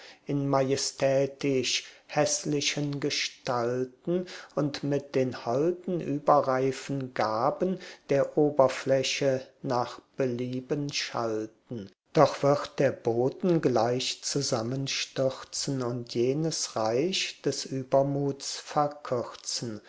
in majestätisch häßlichen gestalten und mit den holden überreifen gaben der oberfläche nach belieben schalten doch wird der boden gleich zusammenstürzen und jenes reich des übermuts verkürzen